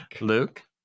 Luke